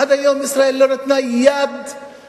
אם היו לי אמצעים להעניש את הממשלה,